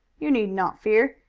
you need not fear.